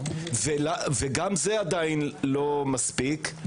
וגם זה עדיין לא מספיק,